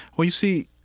well, you see,